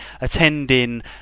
attending